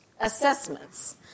assessments